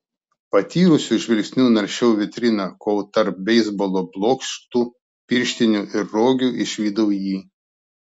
patyrusiu žvilgsniu naršiau vitriną kol tarp beisbolo blokštų pirštinių ir rogių išvydau jį